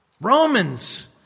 Romans